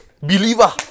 Believer